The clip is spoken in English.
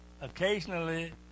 Occasionally